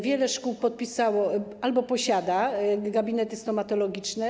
Wiele szkół podpisało umowy albo posiada gabinety stomatologiczne.